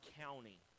county